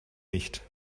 nicht